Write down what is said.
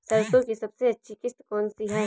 सरसो की सबसे अच्छी किश्त कौन सी है?